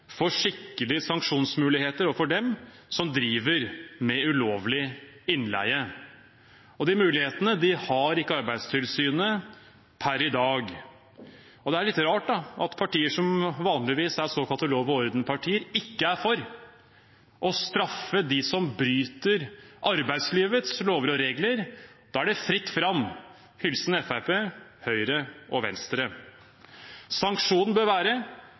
får skikkelige sanksjonsmuligheter overfor dem som driver med ulovlig innleie. De mulighetene har ikke Arbeidstilsynet per i dag. Det er litt rart at partier som vanligvis er såkalte lov-og-orden-partier, ikke er for å straffe dem som bryter arbeidslivets lover og regler – da er det fritt fram, hilsen Fremskrittspartiet, Høyre og Venstre. Sanksjonen bør være